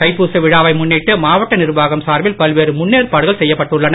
தைப்பூச விழாவை முன்னிட்டு மாவட்ட நிர்வாகம் சார்பில் பல்வேறு முன்னேற்பாடுகள் செய்யப்பட்டுள்ளன